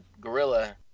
Gorilla